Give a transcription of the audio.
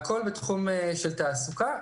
הכול בתחום של תעסוקה.